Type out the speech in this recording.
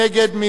מי נמנע?